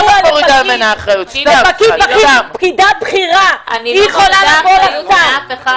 היא פקידה בכירה ויכולה לבוא לשר.